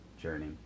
journey